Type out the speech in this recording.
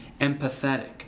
empathetic